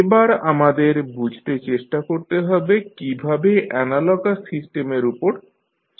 এবার আমাদের বুঝতে চেষ্টা করতে হবে কীভাবে অ্যানালগাস সিস্টেমের উপর সমস্যাগুলি সমাধান করা যায়